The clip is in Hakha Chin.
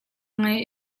ngei